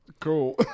Cool